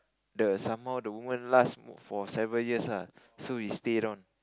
the somehow the woman last for several years ah so he stayed on